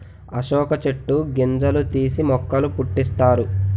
అశోక చెట్టు గింజలు తీసి మొక్కల పుట్టిస్తారు